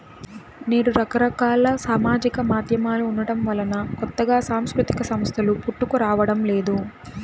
నేడు రకరకాల సామాజిక మాధ్యమాలు ఉండటం వలన కొత్తగా సాంస్కృతిక సంస్థలు పుట్టుకురావడం లేదు